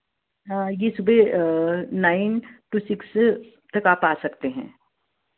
यह सुबह nine to six तक आप आ सकते हैं